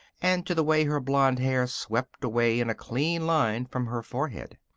and to the way her blond hair swept away in a clean line from her forehead.